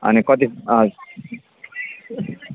अनि कति